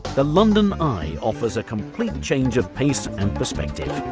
the london eye offers a complete change of pace and perspective.